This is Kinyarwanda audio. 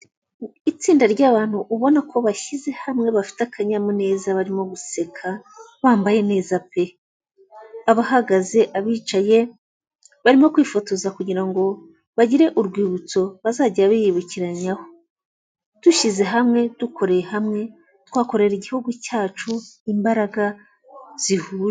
Itsinda ry'abantu ubona ko bashyize hamwe bafite akanyamuneza barimo guseka bambaye neza pe! Abahagaze abicaye barimo kwifotoza kugirango bagire urwibutso bazajya biyibukiranyaho dushyize hamwe dukoreye hamwe twakorera igihugu cyacu imbaraga zihuje.